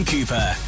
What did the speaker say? Cooper